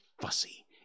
fussy